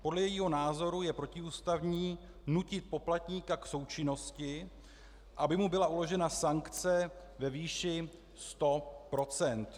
Podle jejího názoru je protiústavní nutit poplatníka k součinnosti, aby mu byla uložena sankce ve výši 100 %.